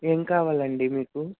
ఏం కావాలండి మీకూ